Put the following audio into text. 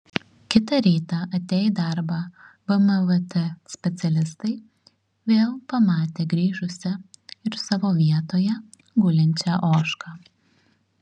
kitą rytą atėję į darbą vmvt specialistai vėl pamatė grįžusią ir savo vietoje gulinčią ožką